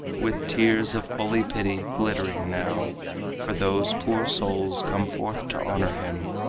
with tears of holy pity glittering now for those poor souls come forth to honor him,